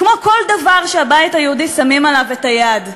כמו כל דבר שהבית היהודי שמים עליו את היד.